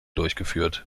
durchgeführt